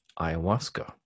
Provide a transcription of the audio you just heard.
ayahuasca